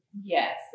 Yes